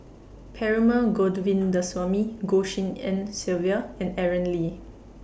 Perumal Govindaswamy Goh Tshin En Sylvia and Aaron Lee